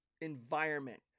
environment